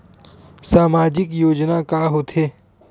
सामाजिक योजना का होथे?